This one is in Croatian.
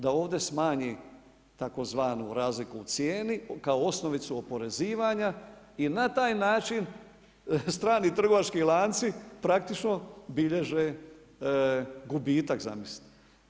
Da ovdje smanji tzv. razliku u cijenu kao osnovicu oporezivanja i na taj način strani trgovački lanci praktično bilježe gubitak, zamislite.